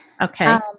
Okay